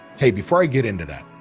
hey, before i get into that,